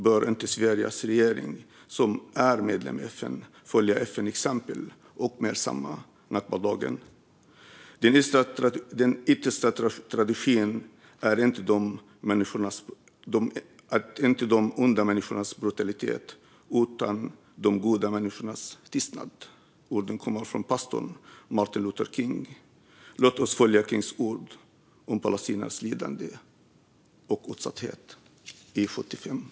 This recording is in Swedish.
Bör inte regeringen i Sverige, som är medlem i FN, följa FN:s exempel och uppmärksamma nakbadagen? Den yttersta tragedin är inte de onda människornas brutalitet utan de goda människornas tystnad. Dessa ord kommer från pastor Martin Luther King. Låt oss följa Kings ord när det gäller Palestinas lidande och utsatthet sedan 75 år!